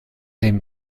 den